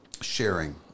Sharing